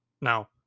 Now